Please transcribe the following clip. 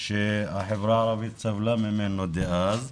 שהחברה הערבית סבלה ממנו דאז,